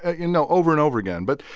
ah you know, over and over again. but,